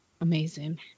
Amazing